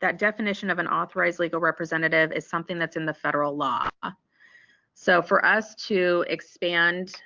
that definition of an authorized legal representative is something that's in the federal law so for us to expand